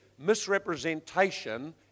misrepresentation